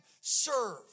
Serve